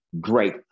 great